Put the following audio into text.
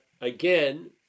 again